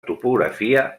topografia